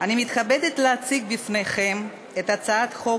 אני מתכבדת להציג בפניכם את הצעת חוק